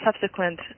subsequent